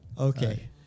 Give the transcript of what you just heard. Okay